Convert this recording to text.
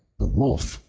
the wolf,